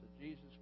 Jesus